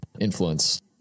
influence